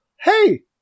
hey